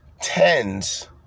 tens